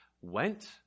went